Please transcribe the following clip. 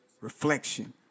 reflection